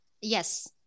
Yes